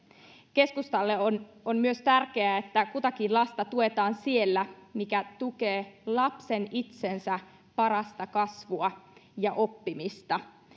keskustalle on on myös tärkeää että kutakin lasta tuetaan siellä mikä tukee lapsen itsensä parasta kasvua ja oppimista